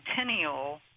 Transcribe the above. centennial